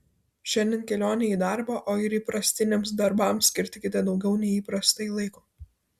šiandien kelionei į darbą o ir įprastiniams darbams skirkite daugiau nei įprastai laiko